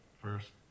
first